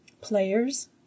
players